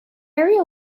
area